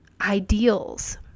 ideals